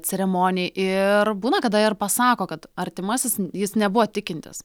ceremonijai ir būna kada ir pasako kad artimasis jis nebuvo tikintis